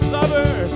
Lover